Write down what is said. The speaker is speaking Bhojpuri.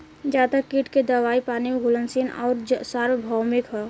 ज्यादातर कीट के दवाई पानी में घुलनशील आउर सार्वभौमिक ह?